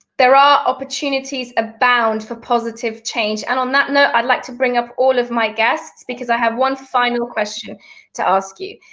there are opportunities abound for positive change and on that note, i'd like to bring up all of my guests because i have one final question to ask you.